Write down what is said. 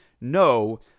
no